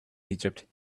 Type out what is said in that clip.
egypt